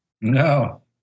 No